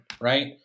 right